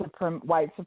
white